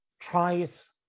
tries